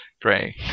Gray